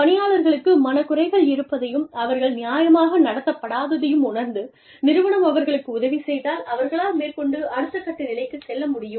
பணியாளர்களுக்கு மனக்குறைகள் இருப்பதையும் அவர்கள் நியாயமாக நடத்தப்படாததையும் உணர்ந்து நிறுவனம் அவர்களுக்கு உதவி செய்தால் அவர்களால் மேற்கொண்டு அடுத்த கட்ட நிலைக்குச் செல்ல முடியும்